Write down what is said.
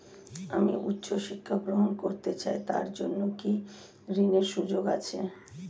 আমি উচ্চ শিক্ষা গ্রহণ করতে চাই তার জন্য কি ঋনের সুযোগ আছে?